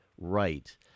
right